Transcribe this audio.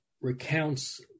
recounts